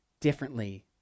differently